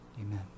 amen